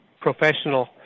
professional